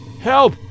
Help